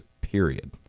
period